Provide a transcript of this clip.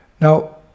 Now